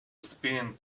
spinning